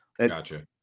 Gotcha